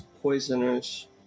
poisoners